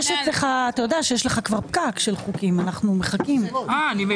הישיבה ננעלה בשעה 11:45.